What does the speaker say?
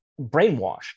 brainwashed